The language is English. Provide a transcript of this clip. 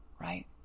right